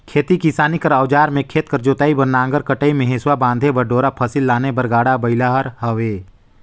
खेती किसानी कर अउजार मे खेत कर जोतई बर नांगर, कटई मे हेसुवा, बांधे बर डोरा, फसिल लाने बर गाड़ा बइला हर हवे